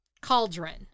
cauldron